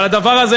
הדבר הזה,